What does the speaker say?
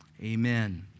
amen